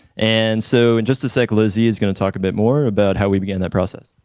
and so in just a sec, lizzie is gonna talk a bit more about how we began that process.